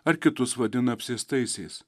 ar kitus vadina apsėstaisiais